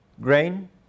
grain